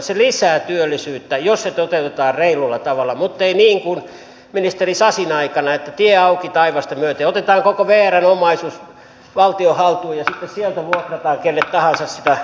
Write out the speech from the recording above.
se lisää työllisyyttä jos se toteutetaan reilulla tavalla mutta ei niin kuin ministeri sasin aikana että tie auki taivasta myöten ja otetaan koko vrn omaisuus valtion haltuun ja sitten sieltä vuokrataan kenelle tahansa sitä